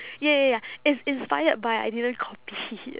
ya ya ya it's inspired but I didn't copy it